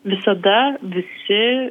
visada visi